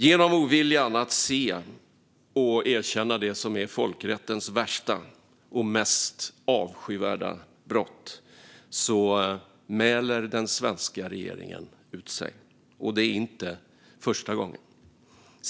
Genom oviljan att se och erkänna det som är folkrättens värsta och mest avskyvärda brott mäler den svenska regering ut sig. Och det är inte första gången.